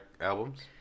albums